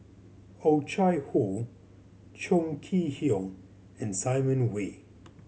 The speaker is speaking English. Oh Chai Hoo Chong Kee Hiong and Simon Wee